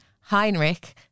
Heinrich